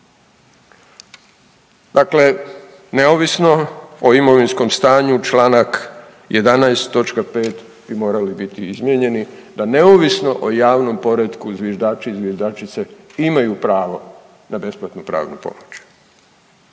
Dakle, neovisno o imovinskom stanju čl. 11. točka 5 bi morali biti izmijenjeni da neovisno o javnom poretku zviždači i zviždačice imaju pravo na besplatnu pravnu pomoć.